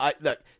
look